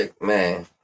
Man